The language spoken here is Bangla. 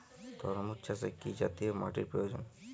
তরমুজ চাষে কি জাতীয় মাটির প্রয়োজন?